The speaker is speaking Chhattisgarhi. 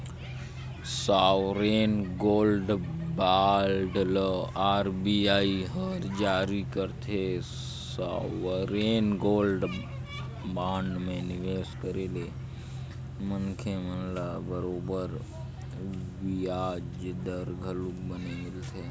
सॉवरेन गोल्ड बांड ल आर.बी.आई हर जारी करथे, सॉवरेन गोल्ड बांड म निवेस करे ले मनखे मन ल बरोबर बियाज दर घलोक बने मिलथे